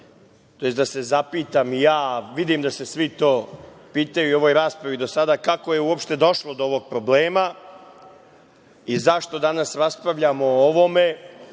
tj. da se zapitam ja, a vidim da se svi to pitaju u ovoj raspravi do sada - kako je uopšte došlo do ovog problema i zašto danas raspravljamo o ovome